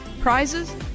prizes